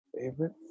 Favorite